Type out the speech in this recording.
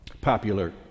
Popular